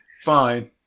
Fine